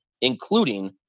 including